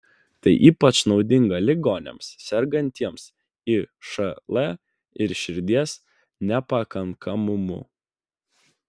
tai ypač naudinga ligoniams sergantiems išl ir širdies nepakankamumu